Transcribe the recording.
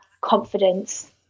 confidence